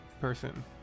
person